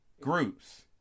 groups